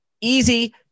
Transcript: easy